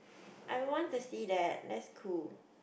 I want to see that that's cool